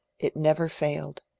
it never failed.